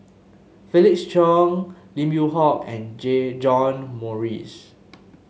Felix Cheong Lim Yew Hock and Jay John Morrice